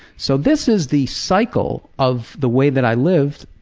so this is the cycle of the way that i lived,